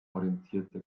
orientierte